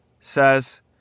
says